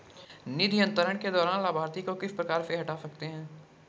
निधि अंतरण के दौरान लाभार्थी को किस प्रकार से हटा सकते हैं?